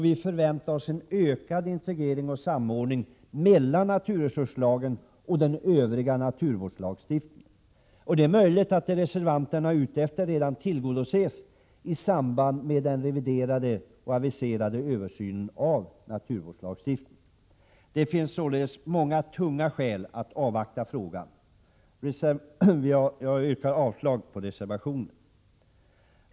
Vi förväntar oss en ökad integrering och samordning mellan naturresurslagen och den övriga naturvårdslagstiftningen. Det är möjligt att det som reservanterna är ute efter redan tillgodoses i samband med den aviserade översynen av naturvårdslagstiftningen. Det finns således många tunga skäl att avvakta. Jag yrkar avslag på reservationen.